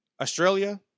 Australia